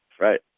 right